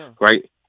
Right